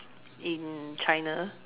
in China